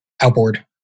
outboard